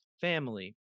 family